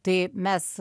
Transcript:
tai mes